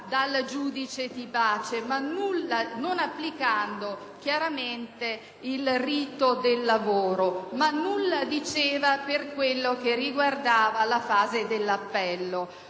dal giudice di pace, non applicando chiaramente il rito del lavoro, ma nulla diceva per quello che riguardava la fase dell’appello.